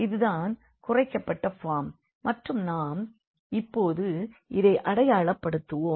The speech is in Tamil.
இதுதான் குறைக்கப்பட்ட ஃபார்ம் மற்றும் நாம் இப்போது இதை அடையாளப்படுத்துவோம்